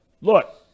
look